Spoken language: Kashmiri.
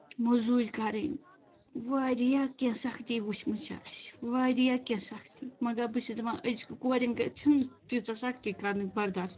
موٚزوٗرۍ کَرٕنۍ واریاہ کیٚنٛہہ سختی وٕچھ مٕژچھےٚ اَسہِ واریاہ کیٚنٛہہ سختی مگر بہٕ چھس دپان أزکہِ کورٮ۪ن چھنہٕ تیٖژاہ سختی کَرنُک برداش